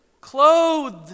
clothed